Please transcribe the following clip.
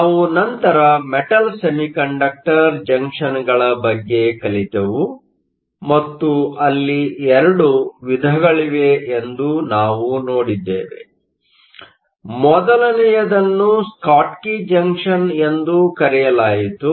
ನಾವು ನಂತರ metal semiconductor ಜಂಕ್ಷನ್ಗಳ ಬಗ್ಗೆ ಕಲಿತೆವು ಮತ್ತು ಅಲ್ಲಿ 2 ವಿಧಗಳಿವೆ ಎಂದು ನಾವು ನೋಡಿದ್ದೇವೆ ಮೊದಲನೆಯದನ್ನು ಸ್ಕಾಟ್ಕಿ ಜಂಕ್ಷನ್ ಎಂದು ಕರೆಯಲಾಯಿತು